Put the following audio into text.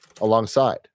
alongside